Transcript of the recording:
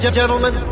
gentlemen